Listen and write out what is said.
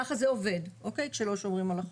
כך זה עובד כשלא שומרים על החוק.